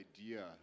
idea